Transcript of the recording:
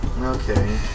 Okay